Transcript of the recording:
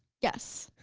yes.